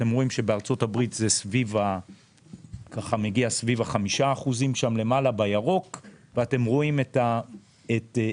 אתם רואים שבארצות-הברית זה סביב ה-5% ואתם רואים את אירופה,